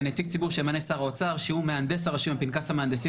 נציג ציבור שימנה שר האוצר שהוא מהנדס הרשום בפנקס המהנדסים